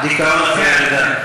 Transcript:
דיכאון אחרי לידה.